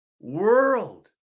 world